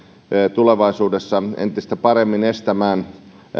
tulevaisuudessa entistä paremmin estämään